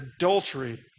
adultery